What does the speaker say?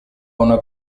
una